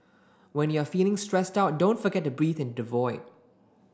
when you are feeling stressed out don't forget to breathe into the void